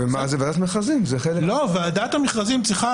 ועדת המכרזים זה חלק --- ועדת המכרזים צריכה